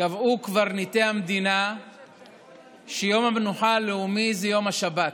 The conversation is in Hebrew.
קבעו קברניטי המדינה שיום המנוחה הלאומי זה יום השבת.